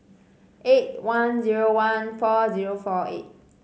eight one zero one four zero four eight